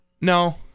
No